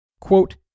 Quote